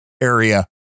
area